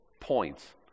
points